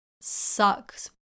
sucks